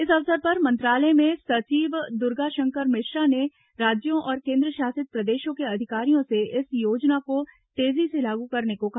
इस अवसर पर मंत्रालय में सचिव दुर्गाशंकर मिश्रा ने राज्यों और केन्द्रशासित प्रदेशों के अधिकारियों से इस योजना को तेजी से लागू करने को कहा